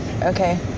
okay